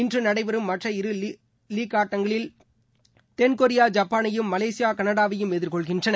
இன்று நடைபெறும் மற்ற இரு லீக் ஆட்டங்களில் தென்கொரியா ஜப்பானையும் மலேசியா கனடாவையும் எதிர்கொள்கின்றன